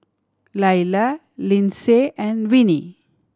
Laila Linsey and Vinnie